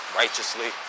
righteously